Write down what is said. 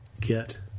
get